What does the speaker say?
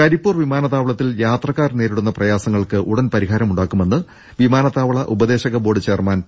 കരിപ്പൂർ വിമാനത്താവളത്തിൽ യാത്രക്കാർ നേരിടുന്ന പ്രയാസങ്ങൾക്ക് ഉടൻ പരിഹാരം ഉണ്ടാക്കുമെന്ന് വിമാന ത്താവള ഉപദേശക ബോർഡ് ചെയർമാൻ പി